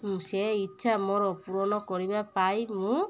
ସେ ଇଚ୍ଛା ମୋର ପୂରଣ କରିବା ପାଇଁ ମୁଁ